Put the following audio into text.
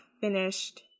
finished